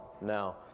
now